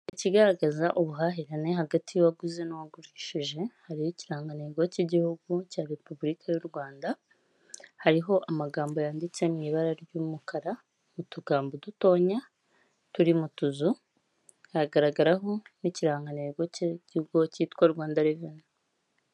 Ikigaragaza ubuhahirane hagati y'uwaguze n'uwagurishije, hariho ikirangantego cy'igihugu cya Repubulika y'u Rwanda, hariho amagambo yanditse mu ibara ry'umukara, n'utugambo dutoya turi mu tuzu, hagaragaraho n'ikirangantego cy'ikigo cyitwa Rwanda reveni.